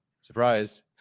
Surprise